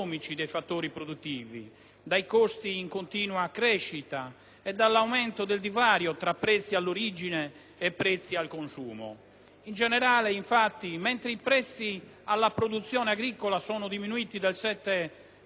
dai costi in continua crescita e dall'aumento del divario tra prezzi all'origine e prezzi al consumo. In generale, infatti, mentre i prezzi alla produzione agricola sono diminuiti del 7 per cento lo scorso mese,